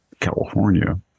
California